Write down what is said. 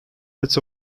bits